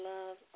Love